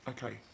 Okay